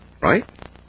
Right